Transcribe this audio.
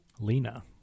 Lena